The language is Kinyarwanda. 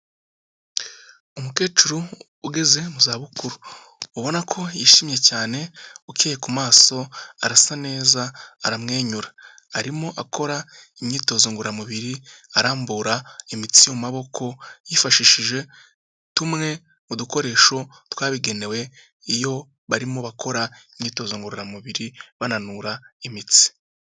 Umukecuru ugeze mu za bukuru, ubona ko yishimye cyane ukeye ku maso arasa neza aramwenyura, arimo akora imyitozo ngororamubiri arambura imitsi yo mu maboko yifashishije tumwe mu dukoresho twabigenewe iyo barimo bakora imyitozo ngororamubiri bananura imitsi.